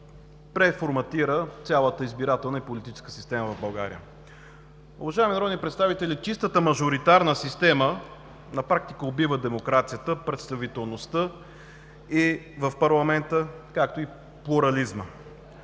преформатира цялата избирателна и политическа система в България. Уважаеми народни представители! Чистата мажоритарна система на практика убива демокрацията, представителността в парламента, както и плурализма.